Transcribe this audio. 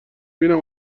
بینم